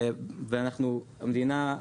ואנחנו מדינה,